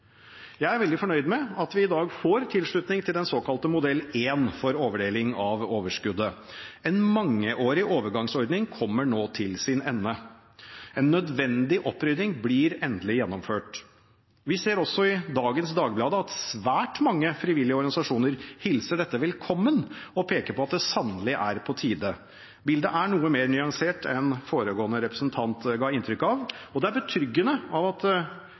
Jeg er veldig fornøyd med at vi i dag får tilslutning til den såkalte modell 1 for fordeling av overskuddet. En mangeårig overgangsordning kommer nå til sin ende, og en nødvendig opprydding blir endelig gjennomført. Vi ser også i dagens Dagbladet at svært mange frivillige organisasjoner hilser dette velkommen og peker på at det sannelig er på tide. Bildet er noe mer nyansert enn foregående representant ga inntrykk av. Det er betryggende at